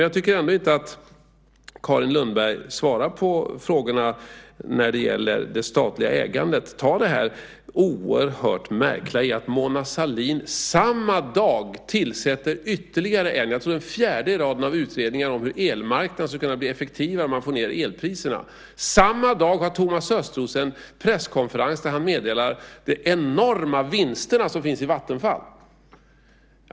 Jag tycker inte att Carin Lundberg svarar på frågorna när det gäller det statliga ägandet. Ta det oerhört märkliga i att Mona Sahlin tillsätter ytterligare en utredning - jag tror att det är den fjärde i raden av utredningar om hur elmarknaden ska kunna bli effektivare och hur man får ned elpriserna - samma dag som Thomas Östros har en presskonferens där han meddelar de enorma vinsterna i Vattenfall.